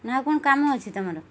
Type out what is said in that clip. ନା ଆଉ କ'ଣ କାମ ଅଛି ତମର